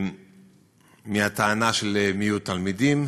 בטענה של מיעוט תלמידים,